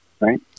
Right